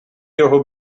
його